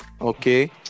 Okay